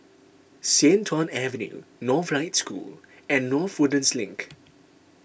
Sian Tuan Avenue Northlight School and North Woodlands Link